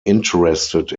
interested